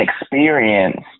experience